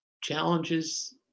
challenges